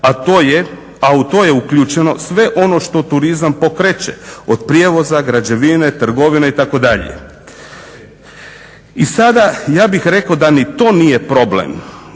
a u to je uključeno sve ono što turizam pokreće, od prijevoza, građevine, trgovine itd. I sada ja bih rekao da ni to nije problem